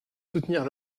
soutenir